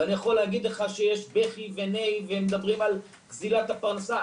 ואני יכול להגיד לך שיש בכי ונהי ומדברים על גזילת הפרנסה.